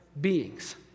beings